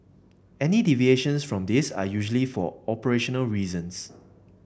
any deviations from these are usually for operational reasons